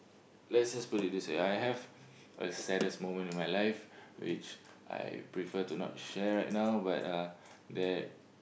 let's just put it this way I have a saddest moment in my life which I prefer to share right now but there